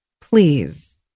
Please